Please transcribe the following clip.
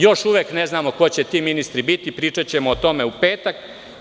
Još uvek ne znamo ko će biti ti ministri, pričaćemo o tome u petak.